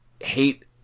hate